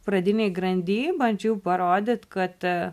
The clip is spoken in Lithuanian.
pradinėj grandy bandžiau parodyt kad